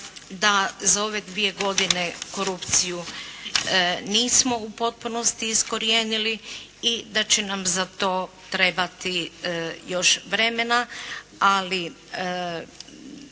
da za ove dvije godine korupciju nismo u potpunosti iskorijenili i da će nam za to trebati još vremena, ali